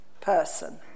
person